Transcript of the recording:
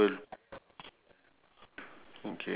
three bo~ I mean six box and one brown colour